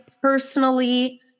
personally